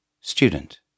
Student